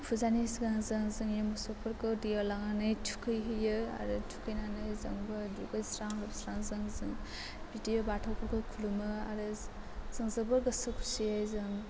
फुजानि सिगां जों जोंनि मोसौफोरखौ दैआव लांनानै थुखैहैयो आरो थुखैनानै जोंबो दुगैस्रां लोबस्रां जों जोंनि बिदि बाथौफोरखौ खुलुमो आरो जों जोबोद गोसो खुसियै जों